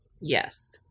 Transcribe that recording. Yes